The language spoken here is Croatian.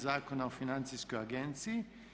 Zakona o Financijskoj agenciji.